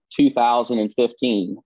2015